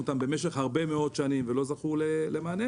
אותם במשך הרבה מאוד שנים ולא זכו למענה,